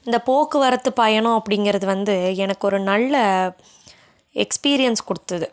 இந்த போக்குவரத்து பயணம் அப்படிங்கிறது வந்து எனக்கு ஒரு நல்ல எக்ஸ்பீரியன்ஸ் கொடுத்தது